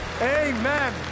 Amen